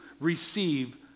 receive